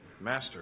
Master